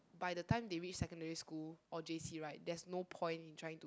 by the time they reach secondary school or J_C right there's no point in trying to